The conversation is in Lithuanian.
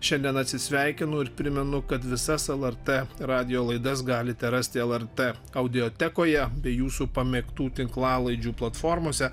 šiandien atsisveikinu ir primenu kad visas lrt radijo laidas galite rasti lrt audiotekoje bei jūsų pamėgtų tinklalaidžių platformose